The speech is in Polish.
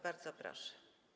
Bardzo proszę.